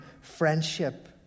friendship